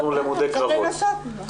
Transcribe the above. צריך לנסות.